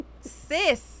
sis